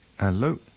Hello